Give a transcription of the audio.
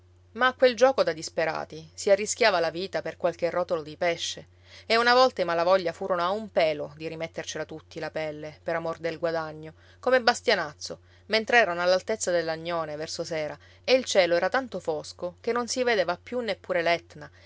a quel giuoco da disperati si arrischiava la vita per qualche rotolo di pesce e una volta i malavoglia furono a un pelo di rimettercela tutti la pelle per amor del guadagno come bastianazzo mentre erano all'altezza dell'agnone verso sera e il cielo era tanto fosco che non si vedeva più neppure